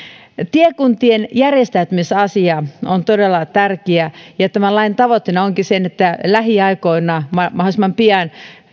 tiekuntien järjestäytymisasia on todella tärkeä ja tämän lain tavoitteena onkin se että lähiaikoina mahdollisimman pian